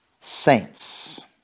saints